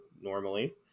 normally